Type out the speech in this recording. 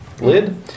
lid